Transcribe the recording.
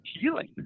healing